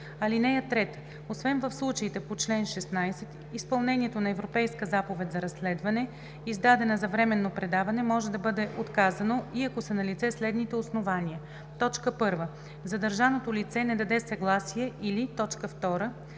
(3) Освен в случаите по чл. 16, изпълнението на Европейска заповед за разследване, издадена за временно предаване, може да бъде отказано и ако са налице следните основания: 1. задържаното лице не даде съгласие, или 2.